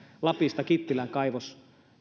lapista kittilän kaivos